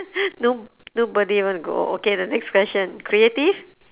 no nobody want to go okay the next question creative